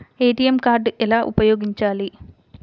ATM card ఎలా ఉపయోగించాలి?